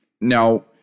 Now